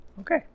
Okay